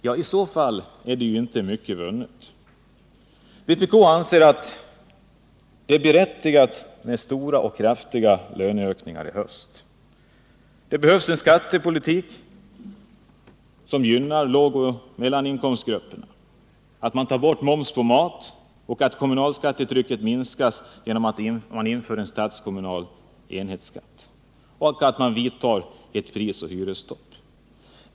Ja, då är inte mycket vunnet. Vpk anser det berättigat med kraftiga löneökningar i höst. En skattepolitik som gynnar lågoch mellaninkomstgrupperna bör genomföras. Momsen på mat bör tas bort och kommunalskattetrycket minskas genom införande av en statskommunal enhetsskatt. Vidare bör prisoch hyresstopp genomföras.